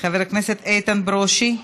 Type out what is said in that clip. חבר הכנסת איתן ברושי,